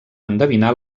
endevinar